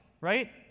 right